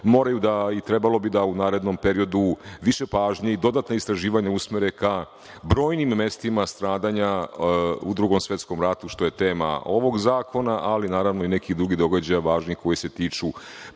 i sličnom, trebalo bi da u narednom periodu više pažnje i dodatna istraživanja usmere ka brojnim mestima stradanja u Drugom svetskom ratu, što je tema ovog zakona, ali i nekih drugih događaja važnih koji se tiču